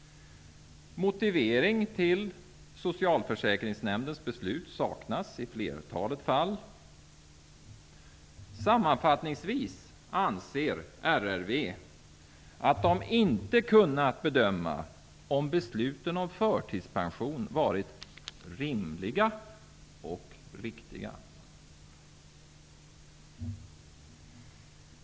Motivering till Socialförsäkringsnämndens beslut saknas i flertalet fall. Sammanfattningsvis anser RRV av det inte kunnat bedöma om besluten om förtidspension varit rimliga och riktiga.